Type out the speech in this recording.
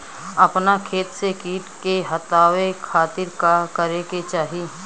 अपना खेत से कीट के हतावे खातिर का करे के चाही?